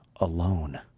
alone